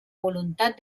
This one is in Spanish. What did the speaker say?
voluntad